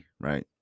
right